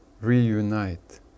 reunite